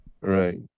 Right